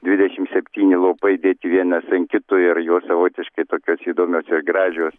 dvidešim septyni lopai dėti vienas ant kito ir jos savotiškai tokios įdomios gražios